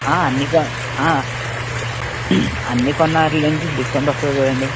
అన్నీ కొ అన్నీ కొన్న వాటిలోంచి డిస్కౌంట్ వస్తుంది కదండి